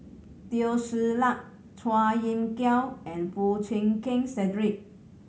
Teo Ser Luck Chua Kim Yeow and Foo Chee Keng Cedric